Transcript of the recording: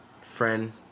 friend